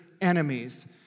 enemies